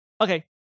Okay